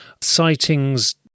sightings